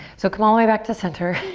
so come all the way back to center.